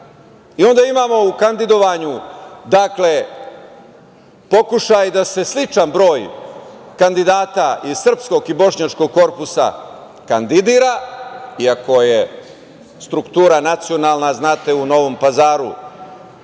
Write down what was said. i onda imamo u kandidovanju pokušaj da se sličan broj kandidata iz srpskog i bošnjačkog korpusa kandiduje i ako je struktura nacionalna u Novom Pazaru